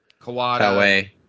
Kawada